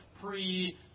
pre